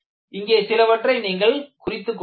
இங்கே சிலவற்றை நீங்கள் குறித்துக்கொள்ளுங்கள்